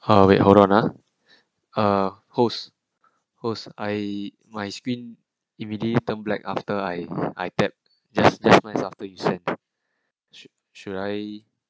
ha wait hold on ah uh host host I my screen immediate turn black after I I tapped the statements after you should should should I